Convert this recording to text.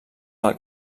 del